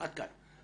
עד כאן.